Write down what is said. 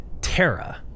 Terra